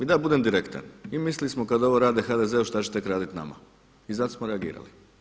I da ja budem direktan i mislili smo kad ovo rade HDZ-u šta će tek radit nama i zato smo reagirali.